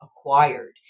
acquired